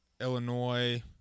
Illinois